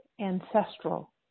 ancestral